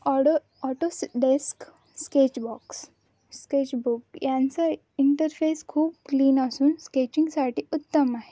auto Autodesk sketch box Sketchbook यांचा interface खूप clean असून स्केचिंगसाठी उत्तम आहे